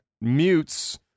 mutes